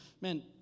man